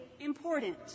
important